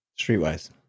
Streetwise